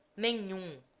ninguem